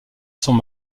sont